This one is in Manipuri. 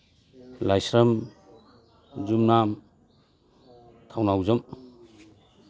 ꯂꯥꯏꯁ꯭ꯔꯝ ꯌꯨꯝꯅꯥꯝ ꯊꯧꯅꯥꯎꯖꯝ